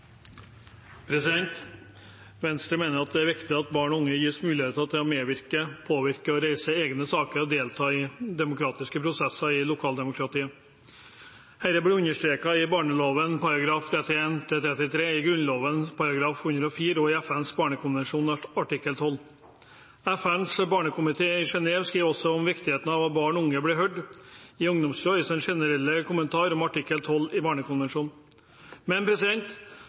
viktig at barn og unge gis mulighet til å medvirke, påvirke, reise egne saker og delta i demokratiske prosesser i lokaldemokratiet. Dette blir understreket i barneloven §§ 31–33, i Grunnloven § 104 og i FNs barnekonvensjon artikkel 12. FNs barnekomité i Genève skriver også om viktigheten av at barn og unge blir hørt i ungdomsråd, i sin generelle kommentar til artikkel 12 i barnekonvensjonen.